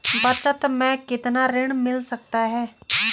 बचत मैं कितना ऋण मिल सकता है?